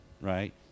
Right